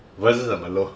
versus Merlot